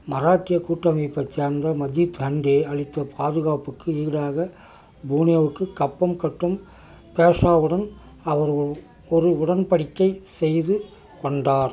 மராட்டியக் கூட்டமைப்பைச் சேர்ந்த மஜித் ஹண்டே அளித்த பாதுகாப்புக்கு ஈடாக புனேவுக்கு கப்பம் கட்டும் பேஷாவுடன் அவர் ஒரு உடன்படிக்கை செய்து கொண்டார்